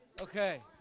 Okay